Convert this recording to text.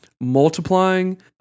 multiplying